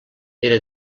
era